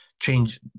change